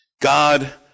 God